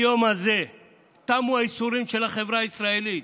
היום הזה תמו הייסורים של החברה הישראלית.